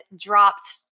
dropped